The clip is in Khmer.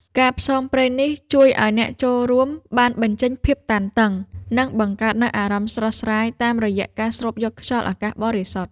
ការផ្សងព្រេងនេះជួយឱ្យអ្នកចូលរួមបានបញ្ចេញភាពតានតឹង និងបង្កើតនូវអារម្មណ៍ស្រស់ស្រាយតាមរយៈការស្រូបយកខ្យល់អាកាសបរិសុទ្ធ។